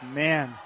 man